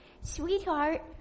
sweetheart